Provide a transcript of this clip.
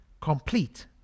complete